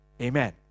Amen